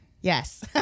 Yes